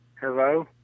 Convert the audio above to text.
Hello